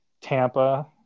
Tampa